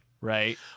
right